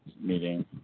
meeting